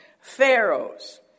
Pharaohs